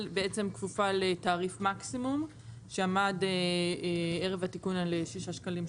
אבל בעצם כפופה לתעריף מקסימום שעמד ערב התיקון על 6 שקלים.